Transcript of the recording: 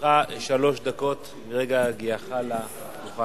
לרשותך שלוש דקות מרגע הגיעך לדוכן.